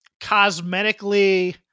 cosmetically